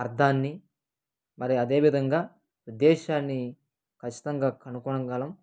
అర్థాన్ని మరి అదేవిధంగా ఉద్దేశ్యాన్ని ఖచ్చితంగా కనుక్కొనగలం